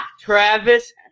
Travis